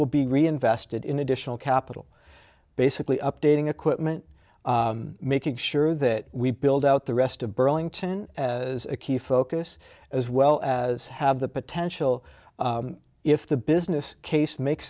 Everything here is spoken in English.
will be reinvested in additional capital basically updating equipment making sure that we build out the rest of burlington as a key focus as well as have the potential if the business case makes